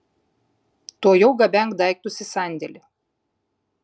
tuojau gabenk daiktus į sandėlį